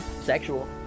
Sexual